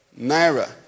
Naira